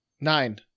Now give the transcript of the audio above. Nine